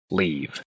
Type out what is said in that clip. leave